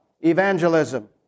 evangelism